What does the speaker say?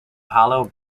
hollow